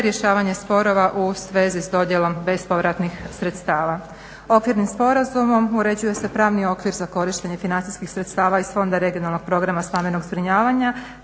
te rješavanje sporova u svezi s dodjelom bespovratnih sredstava. Okvirnim sporazumom uređuje se pravni okvir za korištenje financijskih sredstava iz Fonda regionalnog programa stambenog zbrinjavanja